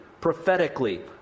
prophetically